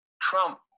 Trump